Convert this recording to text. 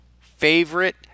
favorite